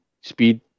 speed